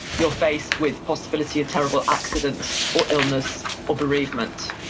you're faced with possibility of terrible accidents, or illness, or bereavement,